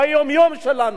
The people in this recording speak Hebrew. ביום-יום שלנו,